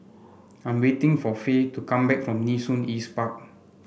I am waiting for Fae to come back from Nee Soon East Park